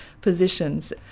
positions